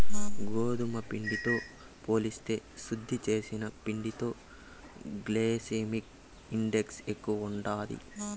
గోధుమ పిండితో పోలిస్తే శుద్ది చేసిన పిండిలో గ్లైసెమిక్ ఇండెక్స్ ఎక్కువ ఉంటాది